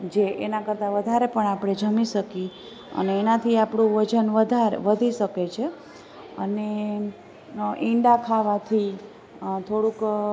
જે એનાં કરતાં વધારે પણ આપણે જમી શકીએ અને એનાંથી આપણું વજન વધારે વધી શકે છે અને ઈંડા ખાવાથી થોડુંક